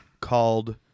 called